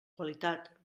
qualitat